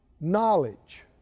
Knowledge